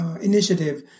Initiative